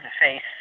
face